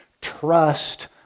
trust